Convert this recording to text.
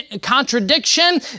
contradiction